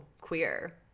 queer